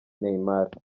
neymar